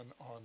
on